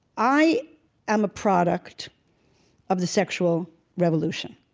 i am a product of the sexual revolution.